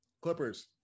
Clippers